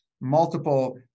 multiple